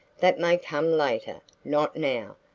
that may come later, not now.